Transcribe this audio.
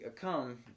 come